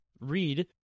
read